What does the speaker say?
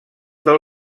del